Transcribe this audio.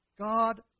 God